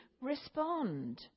respond